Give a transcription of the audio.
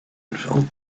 filled